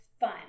fun